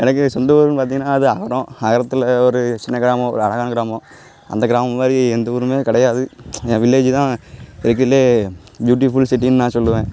எனக்கு சொந்த ஊருன்னு பார்த்திங்கன்னா அது ஆரம் ஆயிரத்தில் ஒரு சின்னக் கிராமம் ஒரு அழகான கிராமம் அந்த கிராமம் மாதிரி எந்த ஊருமே கிடையாது என் வில்லேஜ்ஜு தான் இருக்கிறலே ப்யூட்டிஃபுல் சிட்டின்னு நான் சொல்லுவேன்